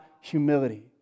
humility